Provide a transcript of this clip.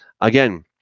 again